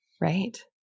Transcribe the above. Right